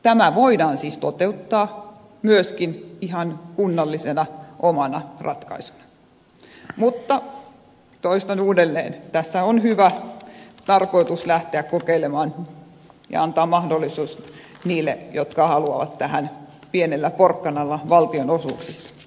tämä voidaan siis toteuttaa myöskin ihan kunnallisena omana ratkaisuna mutta toistan uudelleen tässä on hyvä tarkoitus lähteä kokeilemaan ja antaa mahdollisuus niille jotka haluavat tähän pienellä porkkanalla valtionosuuksista